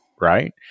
Right